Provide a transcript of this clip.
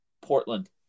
Portland